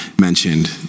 mentioned